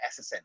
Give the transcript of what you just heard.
SSN